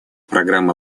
программа